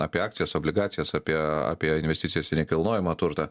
apie akcijas obligacijas apie apie investicijas į nekilnojamą turtą